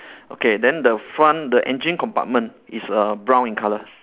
okay then the front the engine compartment is err brown in color